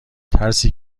ترسی